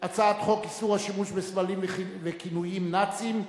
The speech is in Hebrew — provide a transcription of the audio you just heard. הצעת חוק איסור השימוש בסמלים וכינויים נאציים,